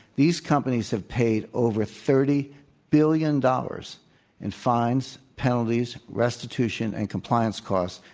these companies have paid over thirty billion dollars in fines, penalties, restitution, and compliance costs